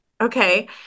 okay